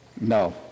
No